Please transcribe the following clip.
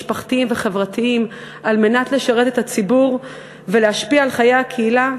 משפחתיים וחברתיים על מנת לשרת את הציבור ולהשפיע על חיי הקהילה,